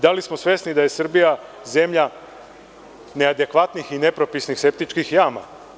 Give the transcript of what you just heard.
Da li smo svesni da je Srbija zemlja neadekvatnih i nepropisnih septičkih jama?